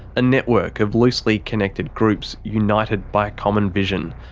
a network of loosely connected groups united by a common vision.